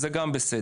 גם זה בסדר.